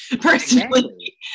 personally